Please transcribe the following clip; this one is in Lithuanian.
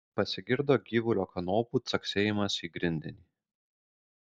pasigirdo gyvulio kanopų caksėjimas į grindinį